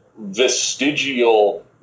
vestigial